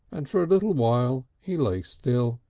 and for a little while he lay still.